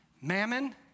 Mammon